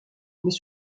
mais